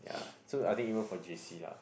so I think even for J_C lah